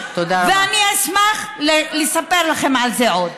ואני אשמח לספר לכם על זה עוד.